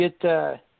get –